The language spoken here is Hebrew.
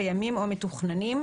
קיימים או מתוכננים.